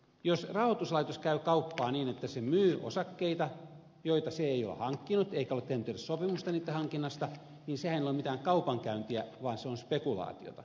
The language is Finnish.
jos rahoituslaitos käy kauppaa niin että se myy osakkeita joita se ei ole hankkinut eikä ole tehnyt edes sopimusta niitten hankinnasta niin sehän ei ole mitään kaupankäyntiä vaan se on spekulaatiota